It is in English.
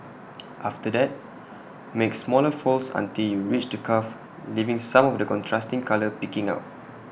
after that make smaller folds until you reach the cuff leaving some of the contrasting colour peeking out